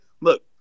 Look